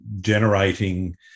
generating